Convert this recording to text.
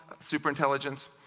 superintelligence